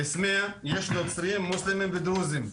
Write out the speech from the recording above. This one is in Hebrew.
בסמיע יש נוצרים, מוסלמים ודרוזים.